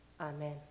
amen